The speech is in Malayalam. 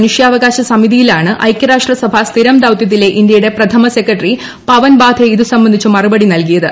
മനുഷ്യാവകാശ സമിതിയിലാണ് ഐകൃരാഷ്ട്രസഭാ സ്ഥിരം ദൌതൃത്തിലെ ഇന്തൃയുടെ പ്രഥമ സെക്രട്ടറി പവൻ ബാധേ ഇതു സംബന്ധിച്ചു മറുപടി നൽകിയത്